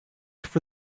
for